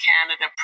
Canada